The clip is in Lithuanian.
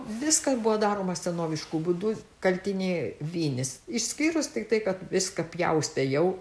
viskas buvo daroma senovišku būdu kaltiniai vinys išskyrus tiktai kad viską pjaustė jau